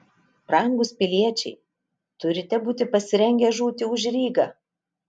brangūs piliečiai turite būti pasirengę žūti už rygą